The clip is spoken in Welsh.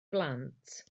blant